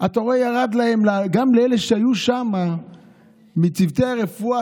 אתה רואה שירד גם לאלה שהיו שם מצוותי הרפואה,